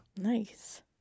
Nice